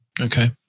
Okay